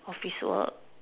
office work